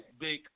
big